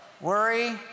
worry